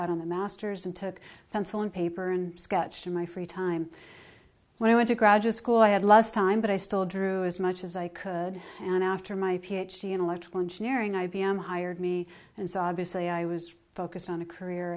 out on the master's and took a pencil and paper and sketched in my free time when i went to graduate school i had less time but i still drew as much as i could and after my ph d in electrical engineering i b m hired me and so obviously i was focused on a career